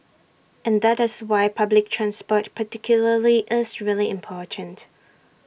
and that is why public train support particularly is really important